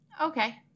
Okay